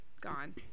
gone